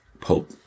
Pope